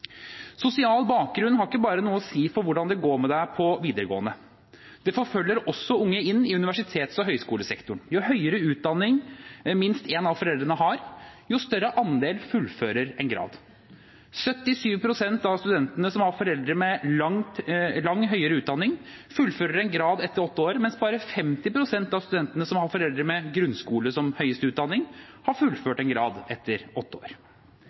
Sosial bakgrunn har ikke bare noe å si for hvordan det går med en på videregående, det forfølger også unge inn i universitets- og høyskolesektoren. Jo høyere utdanning minst en av foreldrene har, jo større andel fullfører en grad. Av studentene som har foreldre med lang høyere utdanning, fullfører 77 pst. en grad etter åtte år, mens bare 50 pst. av studentene som har foreldre med grunnskole som høyeste utdanning, har fullført en grad etter åtte år.